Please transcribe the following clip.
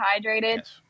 hydrated